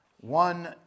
one